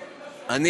דבר.